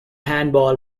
handball